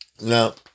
Now